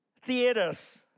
theaters